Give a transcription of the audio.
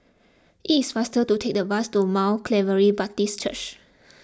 it is faster to take the bus to Mount Calvary Baptist Church